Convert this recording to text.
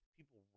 People